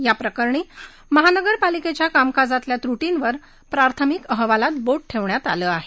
याप्रकरणी महानगरपालिकेच्या काकाजातल्या त्रीीवर प्राथमिक अहवालात बो ठेवण्यात आलं आहे